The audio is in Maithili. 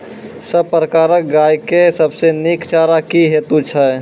सब प्रकारक गाय के सबसे नीक चारा की हेतु छै?